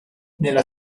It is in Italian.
nella